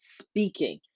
speaking